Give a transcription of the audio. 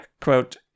quote